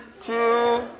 two